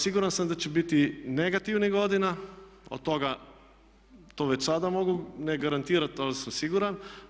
Siguran sam da će biti negativnih godina, od toga to već sada mogu ne garantirati, to sam siguran.